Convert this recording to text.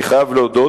אני חייב להודות,